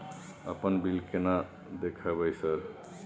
अपन बिल केना देखबय सर?